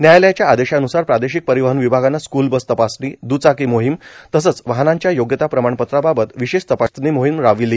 न्यायालयाच्या आदेशान्सार प्रादेशिक परिवहन विभागाने स्कूल बस तपासणी द्चाकी मोहिम तसेच वाहनांच्या योग्यता प्रमाणपत्राबाबत विशेष तपासनी मोहिम राबविली